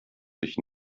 sich